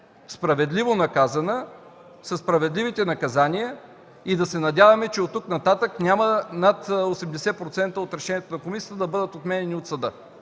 справедливо наказана със справедливите наказания. И да се надяваме, че от тук нататък няма над 80% от решенията на комисията да бъдат отменяни от съда,